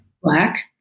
Black